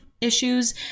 issues